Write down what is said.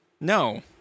No